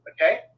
Okay